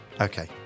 Okay